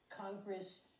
Congress